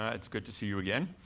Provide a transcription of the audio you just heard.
ah it's good to see you again.